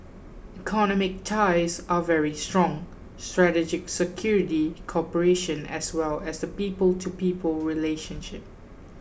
economic ties are very strong strategic security cooperation as well as the people to people relationship